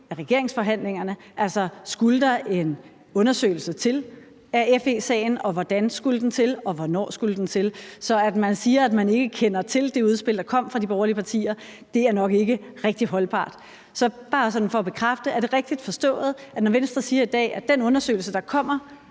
af regeringsforhandlingerne: Altså, skulle der en undersøgelse til af FE-sagen, og hvordan skulle den til, og hvornår skulle den til? Så at man siger, at man ikke kender til det udspil, der kom fra de borgerlige partier, er nok ikke rigtig holdbart. Så det er bare sådan for at få det bekræftet: Er det rigtigt forstået, at Venstre i dag siger, at den undersøgelse, der kommer